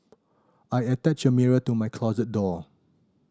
I attached a mirror to my closet door